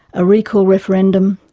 a recall referendum,